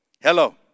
Hello